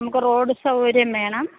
നമുക്ക് റോഡ് സൗകര്യം വേണം